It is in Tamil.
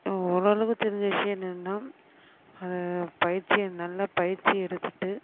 ஓரளவு தெரிஞ்ச விஷயம் என்னன்னா அதை பயிற்சியை நல்லா பயிற்சி எடுத்துகிட்டு